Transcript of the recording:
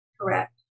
Correct